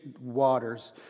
waters